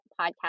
podcast